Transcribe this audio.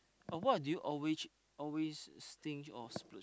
or what do you always always stinge or splurge